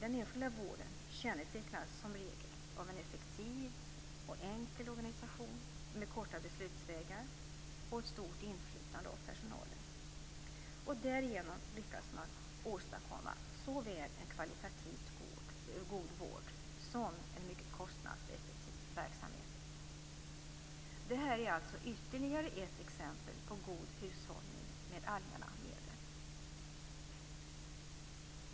Den enskilda vården kännetecknas som regel av en enkel, effektiv organisation med korta beslutsvägar och ett stort inflytande för personalen. Därigenom lyckas man åstadkomma såväl en kvalitativt god vård som en mycket kostnadseffektiv verksamhet. Detta är alltså ytterligare ett exempel på god hushållning med allmänna medel.